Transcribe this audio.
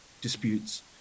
Disputes